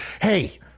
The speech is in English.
hey